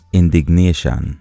indignation